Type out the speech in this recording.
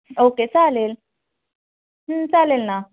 okay चालेल चालेल ना